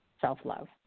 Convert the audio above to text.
self-love